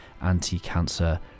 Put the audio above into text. anti-cancer